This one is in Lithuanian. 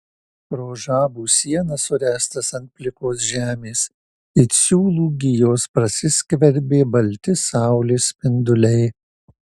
pro žabų sienas suręstas ant plikos žemės it siūlų gijos prasiskverbė balti saulės spinduliai